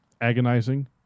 Agonizing